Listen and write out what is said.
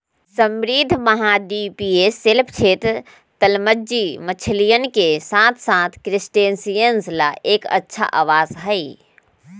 समृद्ध महाद्वीपीय शेल्फ क्षेत्र, तलमज्जी मछलियन के साथसाथ क्रस्टेशियंस ला एक अच्छा आवास हई